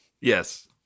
Yes